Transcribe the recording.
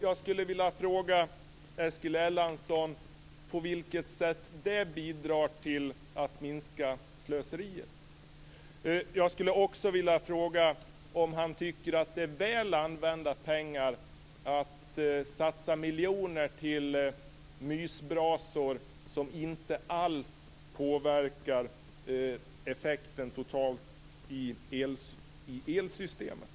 Jag skulle vilja fråga Eskil Erlandsson på vilket sätt det bidrar till att minska slöseriet. Jag skulle också vilja fråga om han tycker att det är väl använda pengar att satsa miljoner på mysbrasor som inte alls påverkar effekten totalt i elsystemet.